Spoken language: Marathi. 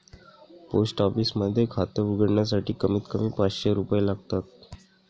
पोस्ट ऑफिस मध्ये खात उघडण्यासाठी कमीत कमी पाचशे रुपये लागतात